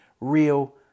real